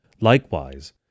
Likewise